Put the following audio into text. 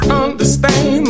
understand